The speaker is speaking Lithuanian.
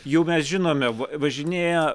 jau mes žinome važinėja